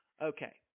okay